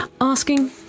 asking